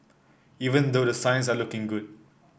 even though the signs are looking good